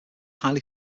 highly